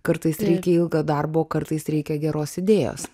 kartais reikia ilgo darbo o kartais reikia geros idėjos